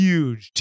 Huge